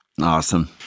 Awesome